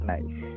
Nice